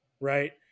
right